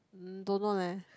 mm don't know leh